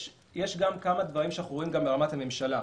יש גם כמה דברים שאנחנו רואים ברמת הממשלה.